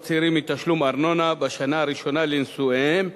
צעירים מתשלום ארנונה בשנה הראשונה לנישואיהם,